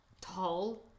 tall